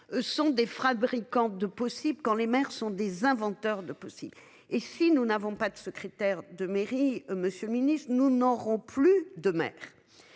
Sont des frappes Drycan de possible quand les maires sont des inventeurs de possible et si nous n'avons pas de secrétaire de mairie monsieur Ministre nous n'aurons plus de mer.